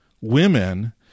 women